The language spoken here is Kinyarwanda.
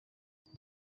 uyu